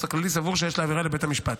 הכללי סבור שיש להעבירה לבית המשפט.